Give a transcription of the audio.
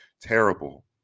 terrible